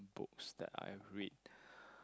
book that I've read